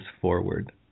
forward